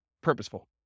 purposeful